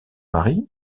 mari